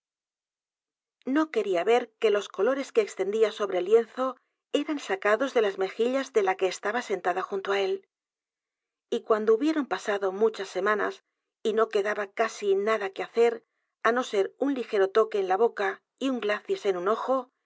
no quería ver que los colores que extendía sobre el lienzo eran sacados de las mejillas de la que estaba sent a d a junto á é l y cuando hubieron pasado m u c h a s semanas y no quedaba casi n a d a que hacer á no ser u n ligero toque en la boca y u n glacis en un ojo